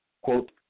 quote